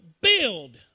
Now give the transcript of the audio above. build